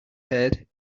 heard